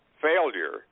failure